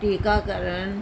ਟੀਕਾਕਰਨ